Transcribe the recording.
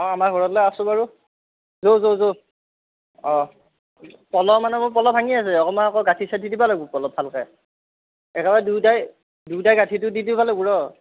অঁ আমাৰ ঘৰকলৈ আহকচোন বাৰু যৌ যৌ যৌ অঁ পলহ মানে মোৰ পলহ ভাঙি আছে অকণমান আকৌ গাঁঠি চাঠি দিবা লাগিব পলহত ভালকৈ একেবাৰে দুয়োটাই দুয়োটাই গাঁঠিটো দি দিবা লাগিব ৰহ